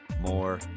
more